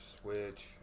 switch